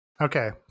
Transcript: Okay